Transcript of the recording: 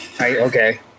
Okay